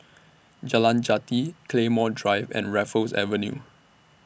Jalan Jati Claymore Drive and Raffles Avenue